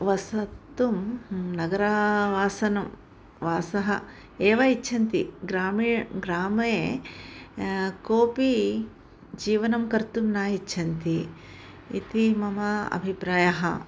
वसितुं नगरावासः वासः एव इच्छन्ति ग्रामीणः ग्रामे कोऽपि जीवनं कर्तुं न इच्छन्ति इति मम अभिप्रायः